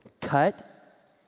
Cut